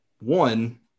one